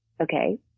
Okay